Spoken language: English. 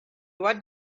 what